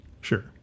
sure